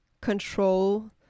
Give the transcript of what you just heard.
control